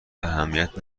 اهمیت